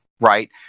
right